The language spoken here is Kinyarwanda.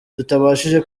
tutabashije